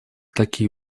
такие